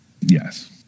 Yes